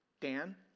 Dan